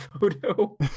photo